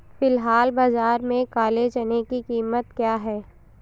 फ़िलहाल बाज़ार में काले चने की कीमत क्या है?